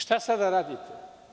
Šta sada da radite?